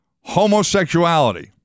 homosexuality